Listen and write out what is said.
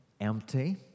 empty